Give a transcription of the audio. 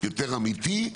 יותר אמיתי,